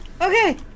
okay